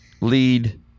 lead